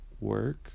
work